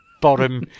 bottom